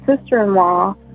sister-in-law